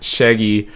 Shaggy